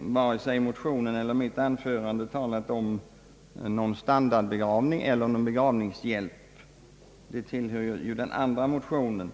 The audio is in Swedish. vare sig i motionen eller i mitt anförande har talat om någon standardbegravning eller om någon begravningshjälp — detta har berörts i den andra motionen.